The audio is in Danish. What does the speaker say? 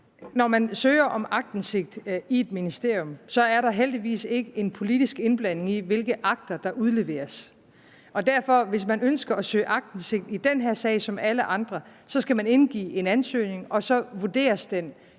Når man søger om aktindsigt i et ministerium, er der heldigvis ikke en politisk indblanding i, hvilke akter der udleveres, og derfor, hvis man ønsker at søge aktindsigt i den her sag som alle andre, skal man indgive en ansøgning, og så vurderes den juridisk,